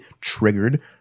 triggered